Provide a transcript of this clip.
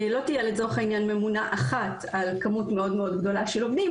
לא תהיה לצורך העניין ממונה אחת על כמות מאוד מאוד גדולה של עובדים,